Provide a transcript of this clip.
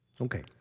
Okay